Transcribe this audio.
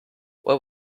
what